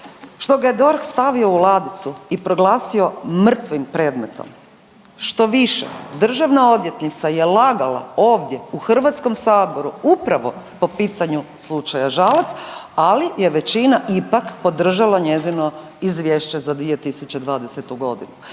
što ga je DORH stavio u ladicu i proglasio mrtvim predmetom, štoviše državna odvjetnica je lagala ovdje u HS-u upravo po pitanju slučaju Žalac, ali je većina ipak podržala njezino izvješće za 2020.g.